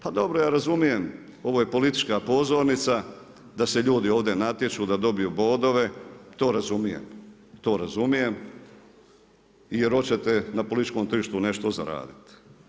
Pa dobro ja razumijem ovo je politička pozornica da se ljudi ovdje natječu, da dobiju bodove, to razumijem, to razumijem jer hoćete na političkom tržištu nešto zaraditi.